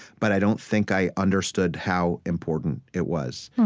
but i don't think i understood how important it was.